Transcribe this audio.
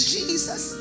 Jesus